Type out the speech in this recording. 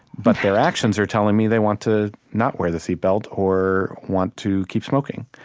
but their actions are telling me they want to not wear the seatbelt or want to keep smoking.